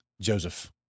Joseph